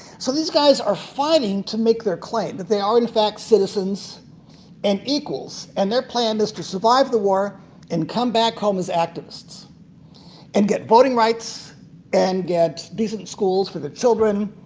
so these guys are fighting to make their claim that they are, in fact, citizens and equals. and their plan is to survive the war and come back home as activists and get voting rights and get decent schools for the children,